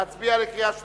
להצביע בקריאה שלישית?